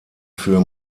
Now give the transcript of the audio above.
für